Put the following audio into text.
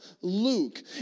Luke